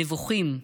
נבוכים,